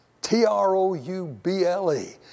T-R-O-U-B-L-E